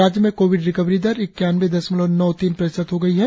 राज्य में Covid recovery दर इक्यानबे दशमलव नौ तीन प्रतिशत हो गई है